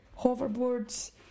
hoverboards